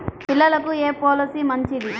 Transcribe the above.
పిల్లలకు ఏ పొలసీ మంచిది?